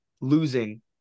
losing